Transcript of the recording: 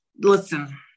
listen